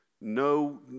No